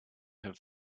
have